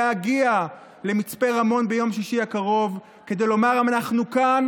להגיע למצפה רמון ביום שישי הקרוב כדי לומר: אנחנו כאן